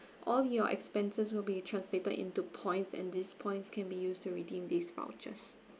all your expenses will be translated into points and this points can be used to redeem these vouchers